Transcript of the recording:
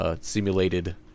simulated